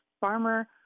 farmer